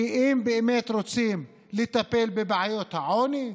כי אם באמת רוצים לטפל בבעיות העוני,